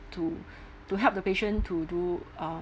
to to help the patient to do um